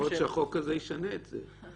יכול להיות שהחוק הזה ישנה את זה.